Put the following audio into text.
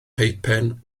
peipen